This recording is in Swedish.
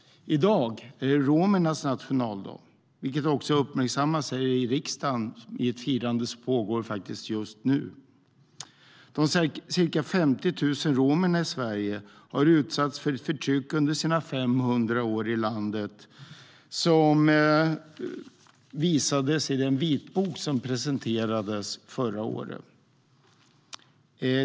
I dag är det romernas nationaldag, vilket också har uppmärksammats här i riksdagen i ett firande som pågår just nu. De ca 50 000 romerna i Sverige har utsatts för förtryck under sina 500 år i landet, vilket visades i den vitbok som presenterades förra året.